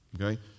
Okay